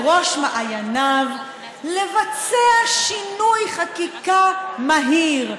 בראש מעייניו לבצע שינוי חקיקה מהיר,